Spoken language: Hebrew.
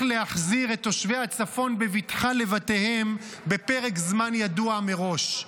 להחזיר את תושבי הצפון בבטחה לבתיהם בפרק זמן ידוע מראש.